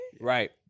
Right